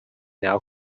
now